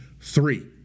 three